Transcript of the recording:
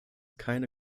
keine